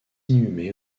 inhumée